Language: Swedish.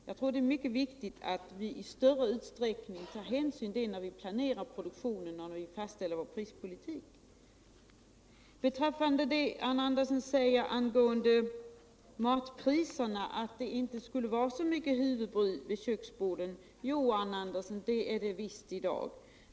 Jag tror att det är mycket viktigt att vi i större utsträckning tar hänsyn till det när vi plancrar produktionen och fastställer vår prispolitik. Beträffande Arne Anderssons påstående att det inte skulle vara så mycket huvudbry vid köksborden angående matpriserna vill jag säga: Jo, det är visst så i dag.